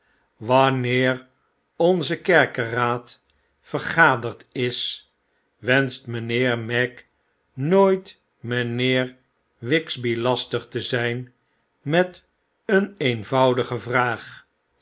watmeer onze kerkeraad vergaderd is wenscht mynheer magg nooit mynheer wigsby lastig te zyn met een eenvoudige vraag